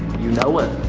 you know it.